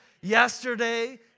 yesterday